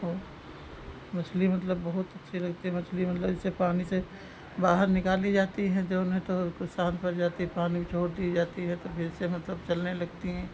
और मछली मतलब बहुत अच्छी लगती है मछली मतलब जैसे पानी से बाहर निकाल ली जाती हैं जो है तो कुछ शांत हो जाती है पानी में छोड़ दी जाती है तो फिर से मतलब चलने लगती हैं